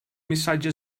missatge